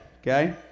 okay